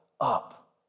up